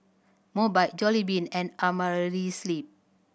Mobike Jollibean and Amerisleep